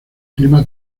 clima